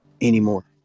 anymore